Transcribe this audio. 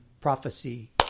Prophecy